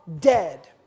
Dead